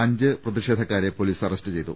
അഞ്ച് പ്രതി ഷേധക്കാരെ പൊലീസ് അറസ്റ്റ് ചെയ്തു